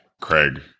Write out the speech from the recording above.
Craig